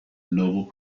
nobel